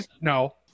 no